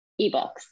eBooks